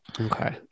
Okay